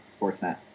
Sportsnet